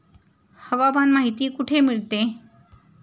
हवामान माहिती कुठे मिळते?